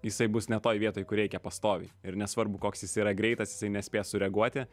jisai bus ne toj vietoj kur reikia pastoviai ir nesvarbu koks jis yra greitas jisai nespės sureaguoti